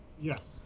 Yes